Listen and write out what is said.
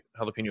jalapeno